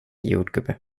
jordgubbe